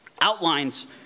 outlines